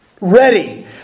ready